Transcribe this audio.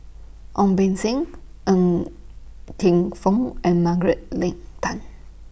Ong Beng Seng Ng Teng Fong and Margaret Leng Tan